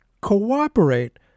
cooperate